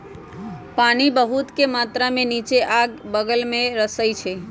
पानी बहुतेक मात्रा में निच्चे आ बगल में रिसअई छई